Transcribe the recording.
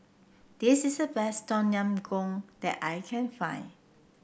this is the best Tom Yam Goong that I can find